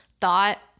thought